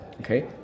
okay